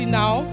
now